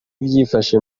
byifashe